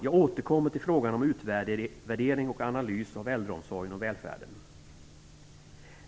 Jag återkommer till frågan om en utvärdering och analys av äldreomsorgen och välfärden.